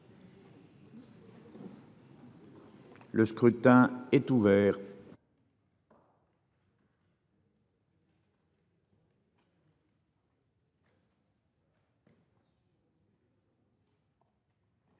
Le scrutin est ouvert.